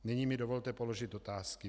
Nyní mi dovolte položit otázky.